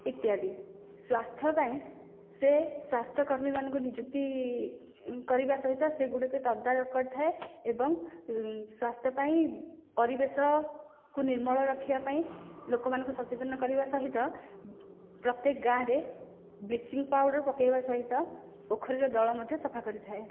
ଇତ୍ୟାଦି ସ୍ୱାସ୍ଥ୍ୟ ପାଇଁ ସେ ସ୍ୱାସ୍ଥ୍ୟ କର୍ମୀମାନଙ୍କୁ ନିଯୁକ୍ତି କରିବା ସହିତ ସେଗୁଡ଼ିକୁ ତଦାରଖ କରିଥାଏ ଏବଂ ସ୍ୱାସ୍ଥ୍ୟ ପାଇଁ ପରିବେଶକୁ ନିର୍ମଳ ରଖିବାପାଇଁ ଲୋକମାନଙ୍କୁ ସଚେତନ କରିବା ସହିତ ପ୍ରତେକ ଗାଁ'ରେ ବ୍ଲିଚିଙ୍ଗ ପାଉଡ଼ର୍ ପକେଇବା ସହିତ ପୋଖରୀର ଦଳ ମଧ୍ୟ ସଫା କରିଥାଏ